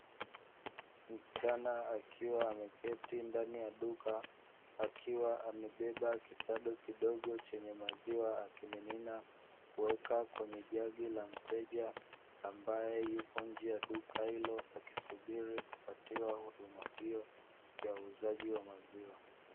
Msichana akiwa ameketi ndani ya duka, akiwa amebeba kisado kidogo chenye maziwa akimimina, kuweka kwenye jagi la mteja ambaye yupo nje ya duka hilo, akisubiri kupatiwa huduma hiyo ya uuzaji wa maziwa.